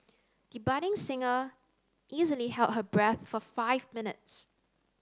the budding singer easily held her breath for five minutes